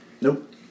Nope